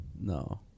No